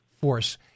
force